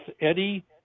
Eddie